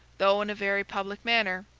though in a very public manner,